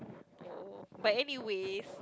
oh but anyways